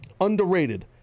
underrated